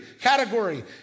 category